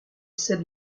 cède